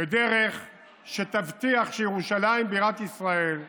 בדרך שתבטיח שירושלים, בירת ישראל,